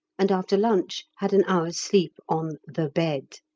and after lunch had an hour's sleep on the bed.